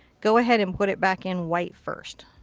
go ahead and put it back in white first.